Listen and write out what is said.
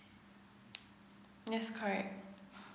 yes correct